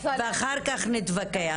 אענה, ואחר-כך נתווכח.